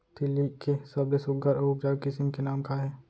तिलि के सबले सुघ्घर अऊ उपजाऊ किसिम के नाम का हे?